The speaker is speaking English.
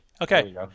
Okay